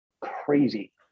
crazy